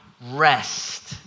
rest